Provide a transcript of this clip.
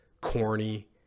corny